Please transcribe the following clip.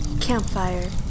Campfire